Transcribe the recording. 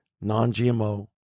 non-GMO